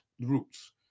Roots